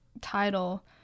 title